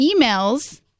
emails